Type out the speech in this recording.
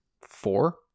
four